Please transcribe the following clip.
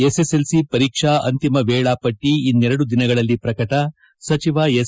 SSLC ಪರೀಕ್ಷಾ ಅಂತಿಮ ವೇಳಾಪಟ್ಟಿ ಇನ್ನೆರಡು ದಿನದಲ್ಲಿ ಪ್ರಕಟ ಸಚಿವ ಎಸ್